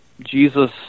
Jesus